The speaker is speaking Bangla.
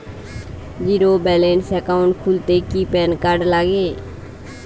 জীরো ব্যালেন্স একাউন্ট খুলতে কি প্যান কার্ড লাগে?